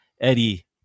Eddie